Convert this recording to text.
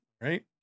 right